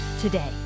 today